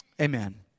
Amen